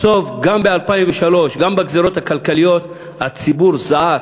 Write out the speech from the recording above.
בסוף גם ב-2003, גם בגזירות הכלכליות, הציבור זעק.